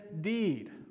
deed